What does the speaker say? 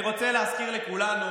אני רוצה להזכיר לכולנו